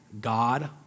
God